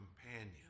companion